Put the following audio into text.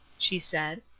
she said,